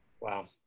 Wow